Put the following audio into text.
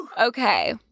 Okay